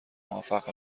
موفق